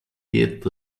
yet